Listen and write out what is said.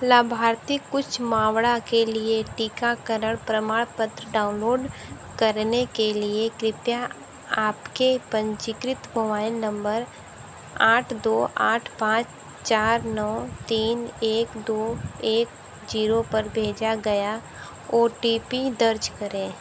लाभार्थी कुछ मावड़ा के लिए टीकाकरण प्रमानपत्र डाउनलोड करने के लिए कृपया आपके पंजीकृत मोबाइल नम्बर आठ दो आठ पाच चार नौ तीन एक दो एक जीरो पर भेजा गया ओ टी पी दर्ज करें